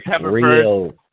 real